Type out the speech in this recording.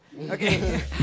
okay